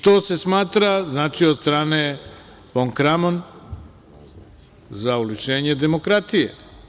To se smatra, znači od strane Fon Kramon za oličenje demokratije.